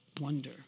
wonder